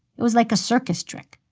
it was like a circus trick.